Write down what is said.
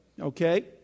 Okay